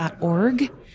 org